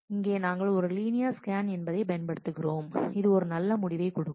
எனவே இங்கே நாங்கள் ஒரு லீனியர் ஸ்கேன் என்பதை பயன்படுத்துகிறோம் அது ஒரு நல்ல முடிவைக் கொடுக்கும்